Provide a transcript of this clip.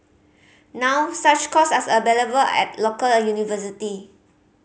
now such courses are available at a local university